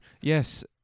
Yes